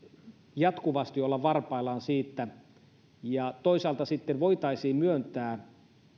jatkuvasti olla varpaillaan toisaalta sitten voitaisiin myöntää